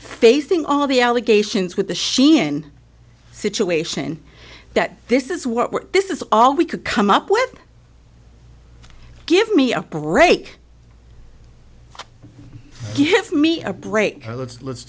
facing all the allegations with the sheehan situation that this is what we're this is all we could come up with give me a break give me a break let's let's